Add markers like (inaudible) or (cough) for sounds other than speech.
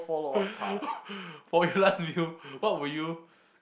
(laughs) for your last meal what would you